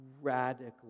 radically